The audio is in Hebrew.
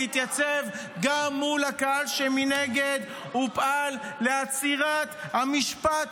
תתייצב גם מול הקהל שמנגד ופעל לעצירת המשפט